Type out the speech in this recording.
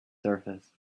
surface